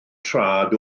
traed